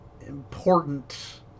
important